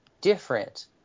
different